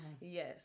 yes